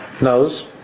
knows